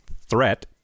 threat